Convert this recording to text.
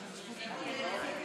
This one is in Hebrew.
רמו.